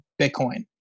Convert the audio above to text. Bitcoin